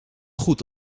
goed